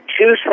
two